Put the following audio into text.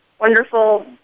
wonderful